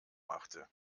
machte